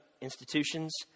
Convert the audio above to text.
institutions